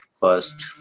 first